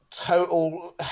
total